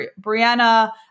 Brianna